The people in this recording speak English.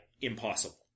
impossible